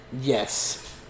Yes